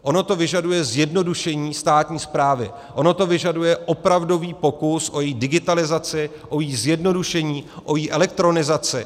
Ono to vyžaduje zjednodušení státní správy, ono to vyžaduje opravdový pokus o její digitalizaci, o její zjednodušení, o její elektronizaci.